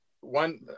one